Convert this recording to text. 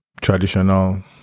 traditional